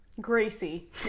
Gracie